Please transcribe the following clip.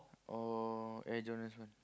or Air Jordans one